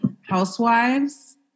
housewives